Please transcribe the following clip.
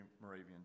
Moravian